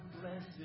blessed